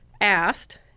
asked